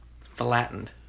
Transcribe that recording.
flattened